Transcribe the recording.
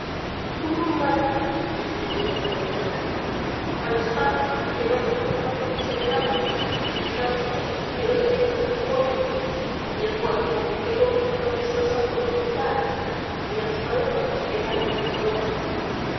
cómo no matan decía en su defensa del gallo a los patos pie no hacen más que ensuciar el agua ni al cabrito que el otro día aplastó un pollo ni al puerco que todo lo enloda y sólo sabe comer y gritar ni a las palomas que traen la mala suerte